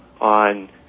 on